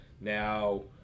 now